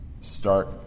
start